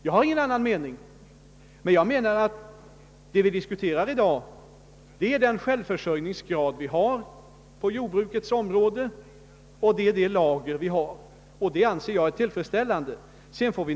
Jag har ingen annan mening, men vad vi diskuterar i dag är den nuvarande självförsörjningsgraden på jordbrukets område och de lager vi har, och därvidlag anser jag läget vara tillfredsställande.